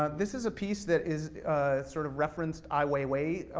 this is a piece that is sort of referenced ai weiwei,